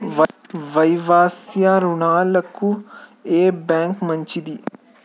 వ్యవసాయ రుణాలకు ఏ బ్యాంక్ మంచిది?